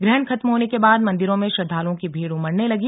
ग्रहण खत्म होने का बाद मंदिरों में श्रद्वालुओं की भीड़ उमड़ने लगी